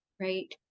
right